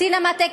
סינמטק,